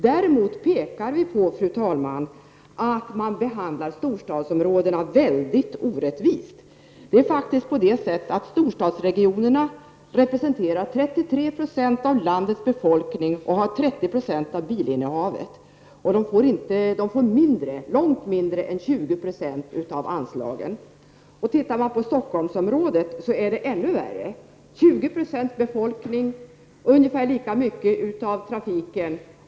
Däremot pekar vi på, fru talman, att man behandlar storstadsområdena mycket orättvist. Storstadsregionerna representerar faktiskt 33 20 av landets befolkning och har 30 96 av bilinnehavet. Men de får långt mindre än 20 9o av anslagen. För Stockholmsområdet är det ännu värre. Där finns 2096 av befolkningen och ungefär lika mycket av trafiken.